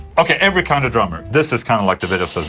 okay, every kind of drummer this is kind of like the videos